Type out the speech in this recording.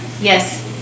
Yes